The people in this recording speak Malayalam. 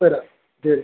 വരാം ശരി